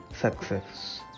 success